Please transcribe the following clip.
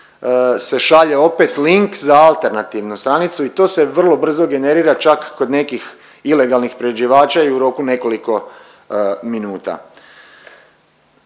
se šalje opet link za alternativnu stranicu i to se vrlo brzo generira čak kod nekih ilegalnih priređivača i u roku nekoliko minuta.